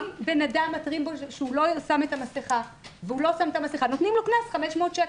אם מתרים באדם שלא שם את המסכה מטילים עליו קנס של 500 שקל.